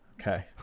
Okay